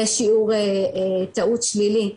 יש שיעור טעות שלילי,